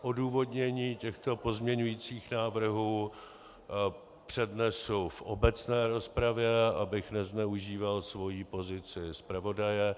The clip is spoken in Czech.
Odůvodnění těchto pozměňujících návrhů přednesu v obecné rozpravě, abych nezneužíval svoji pozici zpravodaje.